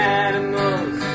animals